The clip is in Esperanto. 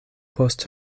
post